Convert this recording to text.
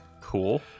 Cool